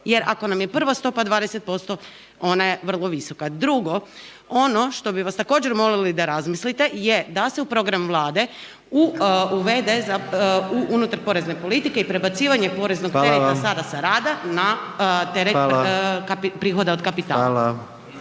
jer, ako nam je prva stopa 20%, ona je vrlo visoka. Drugo, ono što bi vas također, molili da razmislite je da se u program Vlade uvede unutar porezne politike i prebacivanje poreznog tereta .../Upadica: Hvala